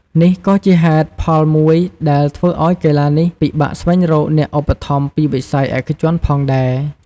នេះក៏ជាហេតុផលមួយដែលធ្វើឲ្យកីឡានេះពិបាកស្វែងរកអ្នកឧបត្ថម្ភពីវិស័យឯកជនផងដែរ។